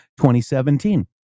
2017